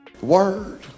Word